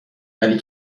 ولی